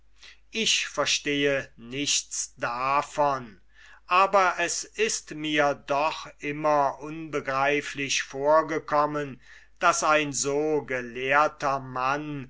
ich verstehe nichts davon aber es ist mir doch immer unbegreiflich vor gekommen daß ein so gelehrter mann